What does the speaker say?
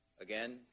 Again